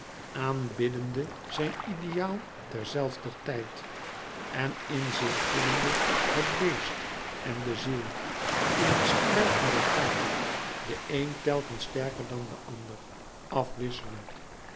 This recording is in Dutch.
aanbiddende zijn ideaal ter zelfder tijd en in zich voelende het beest en de ziel in een strijd met elkaâr de een telkens sterker dan de ander afwisselend